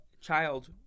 child